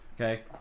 Okay